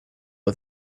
had